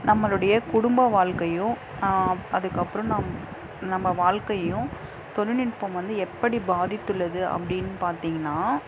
நம்மளுடைய குடும்ப வாழ்க்கையும் அதுக்கப்புறம் நம் நம்ம வாழ்க்கையும் தொழில்நுட்பம் வந்து எப்படி பாதித்துள்ளது அப்படின்னு பார்த்தீங்கன்னா